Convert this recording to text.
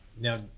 Now